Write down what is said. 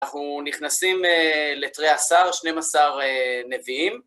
אנחנו נכנסים לתרי עשר, 12 הנביאים.